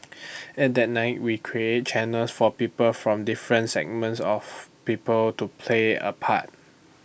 in that night we created channels for people from different segments of people to play A part